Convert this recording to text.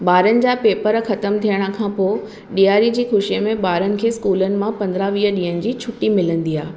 ॿारनि जा पेपर ख़तमु थियण खां पोइ ॾियारीअ जी ख़ुशीअ में ॿारनि खे स्कूलनि मां पंदरहां वीह ॾींहं जी छुटी मिलंदी आहे